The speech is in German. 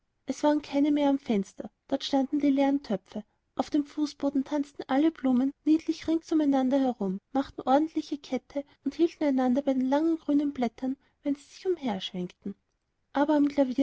es waren keine mehr am fenster dort standen die leeren töpfe auf dem fußboden tanzten alle blumen niedlich rings um einander herum machten ordentlich kette und hielten einander bei den langen grünen blättern wenn sie sich herumschwenkten aber